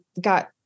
got